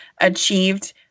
achieved